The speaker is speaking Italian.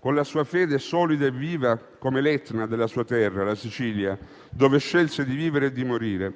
con la sua fede solida e viva come l'Etna della sua terra, la Sicilia, dove scelse di vivere e di morire;